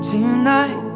Tonight